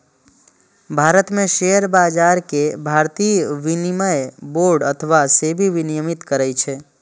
भारत मे शेयर बाजार कें भारतीय विनिमय बोर्ड अथवा सेबी विनियमित करै छै